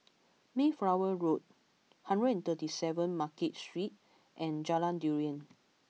Mayflower Road hundred and thirty seven Market Street and Jalan Durian